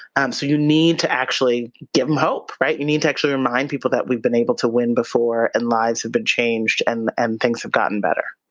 and so you need to actually give them hope. you need to actually remind people that we've been able to win before and lives have been changed and and things have gotten better.